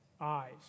Eyes